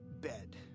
bed